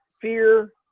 fear